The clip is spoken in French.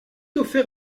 offert